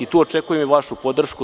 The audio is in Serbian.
Tu očekujem i vašu podršku.